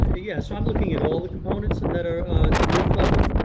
ah yeah so i'm looking at all the components that are the roof level.